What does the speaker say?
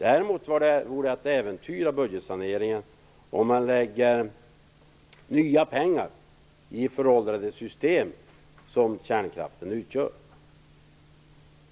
Däremot vore det att äventyra budgetsaneringen om man lade nya pengar i föråldrade system, som kärnkraften utgör.